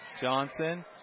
Johnson